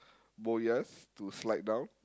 boyas to slide down